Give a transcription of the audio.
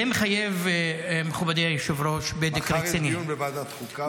זה מחייב בדק רציני,